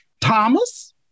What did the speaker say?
Thomas